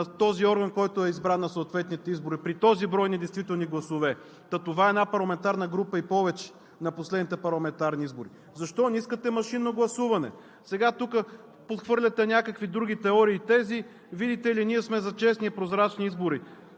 този орган, който е избран на съответните избори, при този брой недействителни бюлетини, гласове? Та това е една парламентарна група и повече на последните парламентарни избори. Защо не искате машинно гласуване? Сега тука подхвърляте някакви други теории, че, видите ли, ние сме за честни и прозрачни избори.